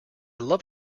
love